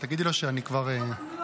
--- קטן עליך.